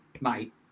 mate